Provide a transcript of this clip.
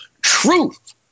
Truth